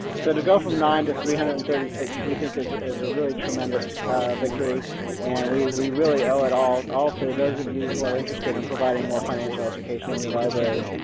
so to go from nine to three hundred and thirty six we think is a really tremendous victory and we we really owe it all, all to those of you who are interested in providing more financial education in your libraries.